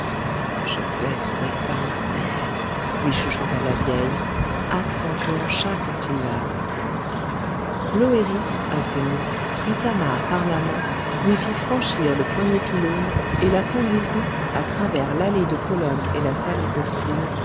je sais où est tahoser lui chuchota la vieille accentuant chaque syllabe l'oëris à ces mots prit thamar par la main lui fit franchir le premier pylône et la conduisit à travers l'allée de colonnes et la salle